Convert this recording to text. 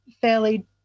fairly